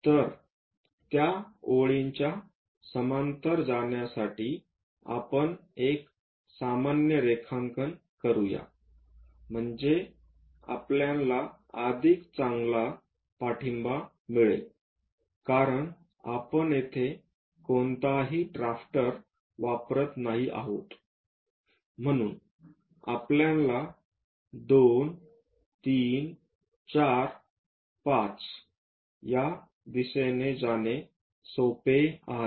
तर त्या ओळीच्या समांतर जाण्यासाठी आपण एक सामान्य रेखांकन करूया म्हणजे आपला अधिक चांगला पाठिंबा मिळेल कारण आपण येथे कोणताही ड्राफ्टर वापरत नाही आहोत म्हणून आपल्याला 2 3 4 5 या दिशेने जाणे सोपे आहे